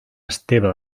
esteve